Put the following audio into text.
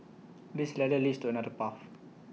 this ladder leads to another path